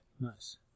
Nice